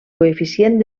coeficient